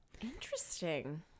Interesting